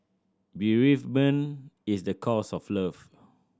bereavement is the cost of love